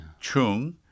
Chung